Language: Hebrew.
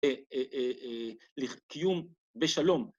‫לקיום בשלום.